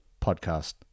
podcast